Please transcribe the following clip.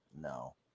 no